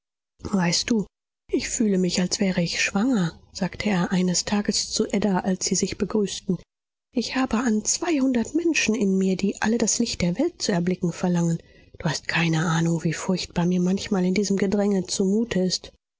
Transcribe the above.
weißt du ich fühle mich als wäre ich schwanger sagte er eines tages zu ada als sie sich begrüßten ich habe an zweihundert menschen in mir die alle das licht der welt zu erblicken verlangen du hast keine ahnung wie furchtbar mir manchmal in diesem gedräng zumute ist